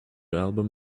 album